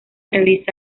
realiza